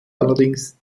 allerdings